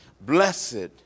Blessed